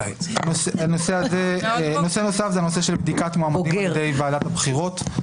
נושא נוסף זה הנושא של בדיקת מועמדים על ידי ועדת הבחירות.